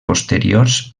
posteriors